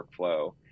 workflow